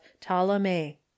ptolemy